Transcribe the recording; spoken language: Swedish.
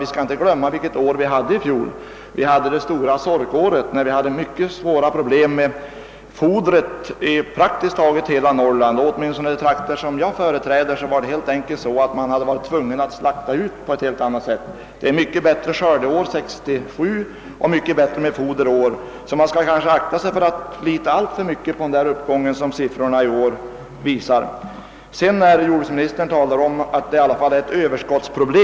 Vi bör i det sammanhanget emellertid inte glömma bort att vi förra året hade det stora sorkåret, och vi hade mycket svåra problem med foder i praktiskt taget hela Norrland. I de trakter jag företräder var man helt enkelt tvungen att slakta ut på ett helt annat sätt än eljest. Skördeåret 1967 var mycket bättre, och fodersituationen är i år en helt annan. Man bör därför akta sig för att fästa alltför stort avseende vid den uppgång som siffrorna visar. Jordbruksministern sade att det 'i alla fall föreligger ett överskottsproblem.